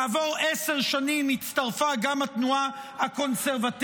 כעבור עשר שנים הצטרפה גם התנועה הקונסרבטיבית,